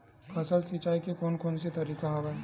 फसल सिंचाई के कोन कोन से तरीका हवय?